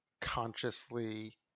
consciously